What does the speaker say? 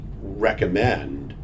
recommend